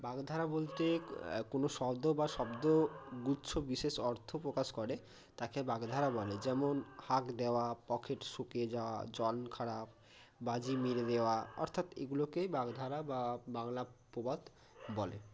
বাগ্ধারা বলতে কোনো শব্দ বা শব্দগুচ্ছ বিশেষ অর্থ প্রকাশ করে তাকে বাগ্ধারা বলে যেমন খাগ দেওয়া পকেট শুকিয়ে যাওয়া জন খারাপ বাজি মেরে দেওয়া অর্থাৎ এগুলোকেই বাগ্ধারা বা বাংলা প্রবাদ বলে